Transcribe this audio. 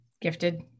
gifted